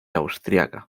austriaca